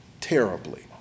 terribly